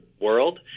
world